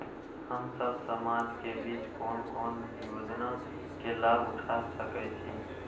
हम सब समाज के बीच कोन कोन योजना के लाभ उठा सके छी?